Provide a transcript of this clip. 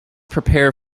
prepare